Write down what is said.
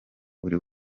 buri